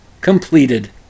completed